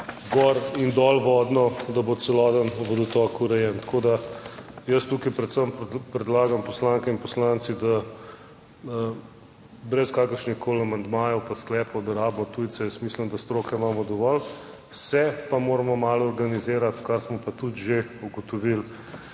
gor in dolvodno, da bo celoten vodotok urejen. Tako da jaz tukaj predvsem predlagam poslanke in poslanci, da brez kakršnihkoli amandmajev pa sklepov, da rabimo tujcev, jaz mislim, da stroke imamo dovolj. Se pa moramo malo organizirati, kar smo pa tudi že ugotovili